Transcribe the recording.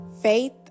Faith